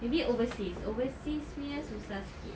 maybe overseas overseas punya susah sikit